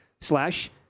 slash